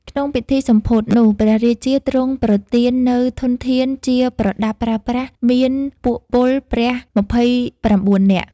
ក្នុងពិធីសម្ពោធនោះ ព្រះរាជាទ្រង់ប្រទាននូវធនធានជាប្រដាប់ប្រើប្រាស់ មានពួកពលព្រះ ២៩នាក់